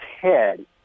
head